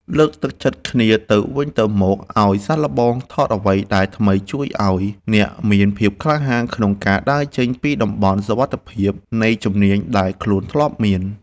លើកទឹកចិត្តគ្នាទៅវិញទៅមកឱ្យសាកល្បងថតអ្វីដែលថ្មីជួយឱ្យអ្នកមានភាពក្លាហានក្នុងការដើរចេញពីតំបន់សុវត្ថិភាពនៃជំនាញដែលខ្លួនធ្លាប់មាន។